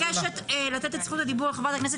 עכשיו אני מבקשת לתת את זכות הדיבור לחברת הכנסת